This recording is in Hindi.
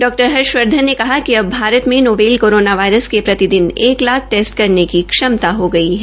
डॉ हर्ष वर्धन ने कहा कि अब भारत में नोवेल कोरोना वायरस के प्रतिदनि एक लाख टेस्ट करने की क्षमता हो गई है